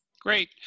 Great